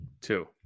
Two